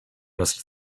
must